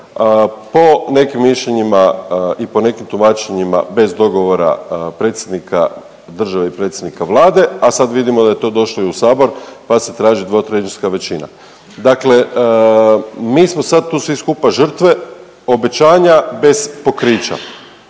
po nekim mišljenjima i po nekim tumačenjima bez dogovora predsjednika države i predsjednika Vlade, a sad vidimo da je to došlo i u Sabor pa se traži dvotrećinska većina. Dakle mi smo sad tu svi skupa žrtve obećanja bez pokrića